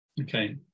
Okay